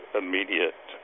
immediate